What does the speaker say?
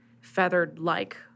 feathered-like